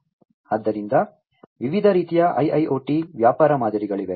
ಆದ್ದರಿಂದ ವಿವಿಧ ರೀತಿಯ IIoT ವ್ಯಾಪಾರ ಮಾದರಿಗಳಿವೆ